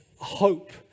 hope